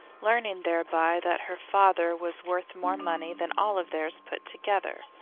learning thereby that her father was worth more money than all of theirs put together.